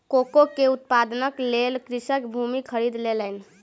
cocoa के उत्पादनक लेल कृषक भूमि खरीद लेलैन